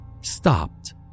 stopped